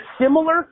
similar